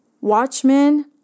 watchmen